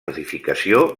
edificació